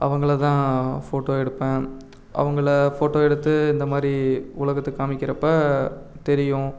அவங்களைதான் photo எடுப்பேன் அவங்களை photo எடுத்து இந்தமாதிரி உலகத்துக்கு காமிக்கிறப்போ தெரியும்